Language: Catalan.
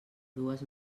dues